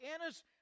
Anna's